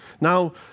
Now